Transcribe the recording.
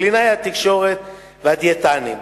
קלינאי התקשורת והדיאטנים,